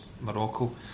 Morocco